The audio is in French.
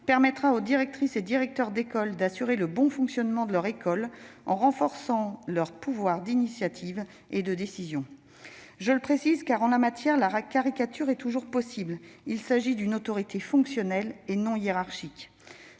permettra aux directrices et aux directeurs d'assurer le bon fonctionnement de leur école en renforçant leur pouvoir d'initiative et de décision. Je le précise, car en la matière la caricature est toujours possible : il s'agit d'une autorité fonctionnelle et non hiérarchique.